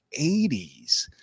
80s